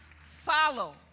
Follow